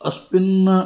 अस्मिन् अस्मिन्न